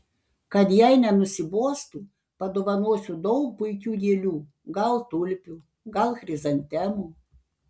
kad jai nenusibostų padovanosiu daug puikių gėlių gal tulpių gal chrizantemų